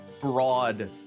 broad